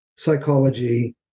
psychology